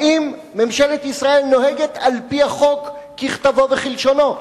האם ממשלת ישראל נוהגת על-פי החוק ככתבו וכלשונו?